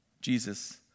Jesus